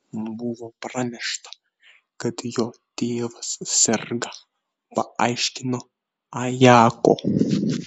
buvo pranešta kad jo tėvas serga paaiškino ajako